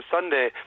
Sunday